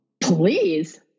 Please